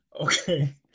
Okay